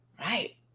Right